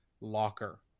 locker